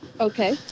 Okay